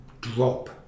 drop